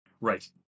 Right